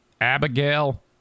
Abigail